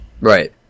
Right